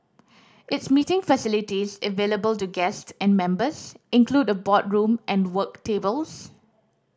its meeting facilities available to guest and members include a boardroom and work tables